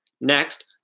Next